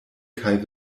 kaj